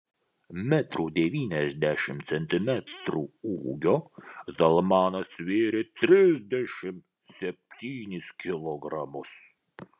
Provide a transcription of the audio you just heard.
metro devyniasdešimt centimetrų ūgio zalmanas svėrė trisdešimt septynis kilogramus